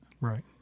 Right